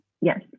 Yes